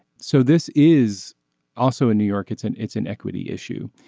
so this is also in new york it's an it's an equity issue.